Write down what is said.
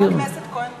חבר הכנסת כהן,